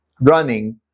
running